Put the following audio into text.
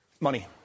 Money